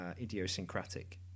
idiosyncratic